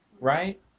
right